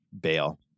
bail